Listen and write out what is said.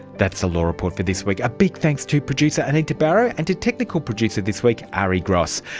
that's the law report for this week. a big thanks to producer anita barraud and to technical producer this week ari gross.